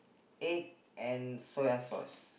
egg and soya sauce